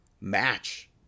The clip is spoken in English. match